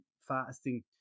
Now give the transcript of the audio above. fasting